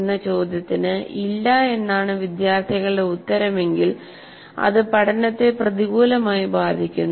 എന്ന ചോദ്യത്തിന് ഇല്ല എന്നാണ് വിദ്യാർത്ഥികളുടെ ഉത്തരമെങ്കിൽ അത് പഠനത്തെ പ്രതികൂലമായി ബാധിക്കുന്നു